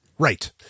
Right